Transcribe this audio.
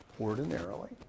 ordinarily